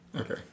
Okay